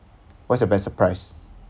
what's your best surprise